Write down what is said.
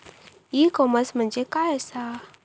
E commerce म्हणजे काय असा?